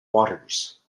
waters